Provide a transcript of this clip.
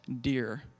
dear